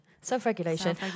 Self-regulation